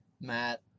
Matt